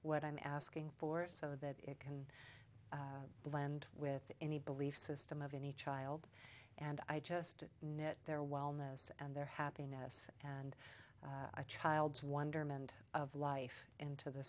what i'm asking for so that it can blend with any belief system of any child and i just knit their wellness and their happiness and a child's wonderment of life into the